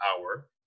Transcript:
hour